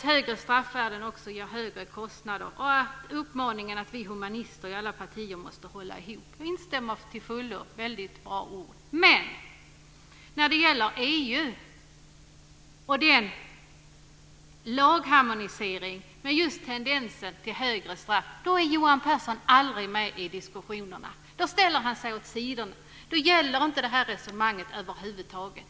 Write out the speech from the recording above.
Högre straffvärden ger också högre kostnader, säger han, och han uppmanar oss humanister i alla partier att hålla ihop. Jag instämmer till fullo - det är bra ord! Men när det gäller EU och den lagharmoniseringen, med tendenser till högre straff, så är Johan Pehrson aldrig med i diskussionerna. Då ställer han sig vid sidan. Då gäller inte resonemanget över huvud taget.